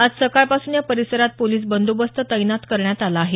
आज सकाळपासून या परिसरात पोलिस बंदोबस्त तैनात करण्यात आला आहे